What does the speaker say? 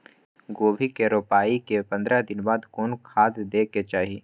गोभी के रोपाई के पंद्रह दिन बाद कोन खाद दे के चाही?